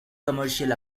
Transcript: commercial